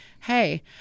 Hey